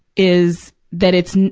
is that it's,